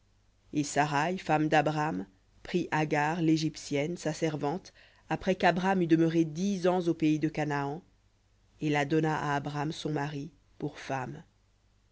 et saraï femme d'abram prit agar l'égyptienne sa servante après qu'abram eut demeuré dix ans au pays de canaan et la donna à abram son mari pour femme